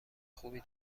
خوبی